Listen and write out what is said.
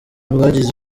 bwagize